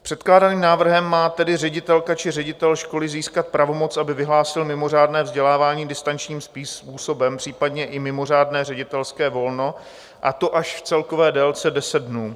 Předkládaným návrhem má tedy ředitelka či ředitel školy získat pravomoc, aby vyhlásil mimořádné vzdělávání distančním způsobem, případně i mimořádné ředitelské volno, a to až v celkové délce deset dnů.